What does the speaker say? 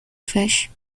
fish